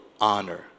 honor